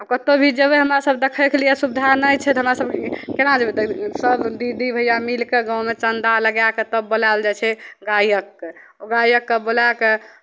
कतहु भी जेबै हमरा सभ देखयके लिए सुविधा नहि छै तऽ हमरा सभ केना जेबै सभ दीदी भैया मिलि कऽ गाँवमे चंदा लगाए कऽ तब बुलायल जाइ छै गायककेँ ओ गायककेँ बोला कऽ